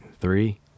Three